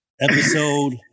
Episode